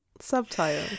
subtitle